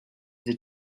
the